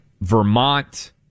Vermont